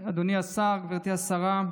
אדוני השר, גברתי השרה,